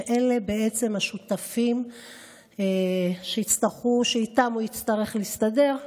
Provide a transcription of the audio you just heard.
שאלה השותפים שאיתם הוא יצטרך להסתדר,